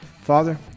Father